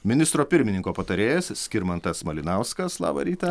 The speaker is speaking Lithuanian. ministro pirmininko patarėjas skirmantas malinauskas labą rytą